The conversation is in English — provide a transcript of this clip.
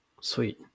Sweet